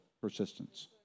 persistence